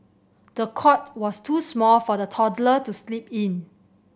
the cot was too small for the toddler to sleep in